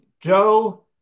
Joe